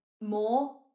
more